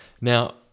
Now